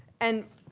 and